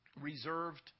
reserved